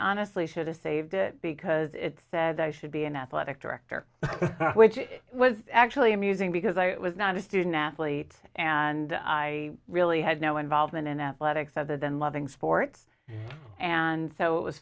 honestly should have saved it because it said i should be an athletic director which was actually amusing because i was not a student athletes and i really had no involvement in athletics other than loving sports and so it was